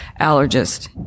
allergist